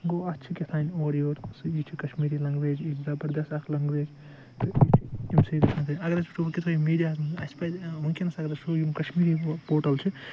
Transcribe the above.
گوٚو اتھ چھُ کیٚتھانۍ اورٕ یورٕ یہِ چھُ کَشمیٖری لَنٛگویج یہ چھ زَبَردَس اکھ لنگویج یہ چھ امہ سۭتۍ گَژھان اگر أسۍ ونکیٚس وٕچھو میٖڈیاہَس مَنٛز اسہِ پَزِ ونکیٚنَس یم پورٹل چھ